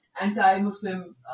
anti-Muslim